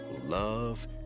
love